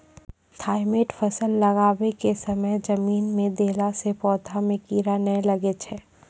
Thimet फ़सल लगाबै के समय जमीन मे देला से पौधा मे कीड़ा नैय लागै छै?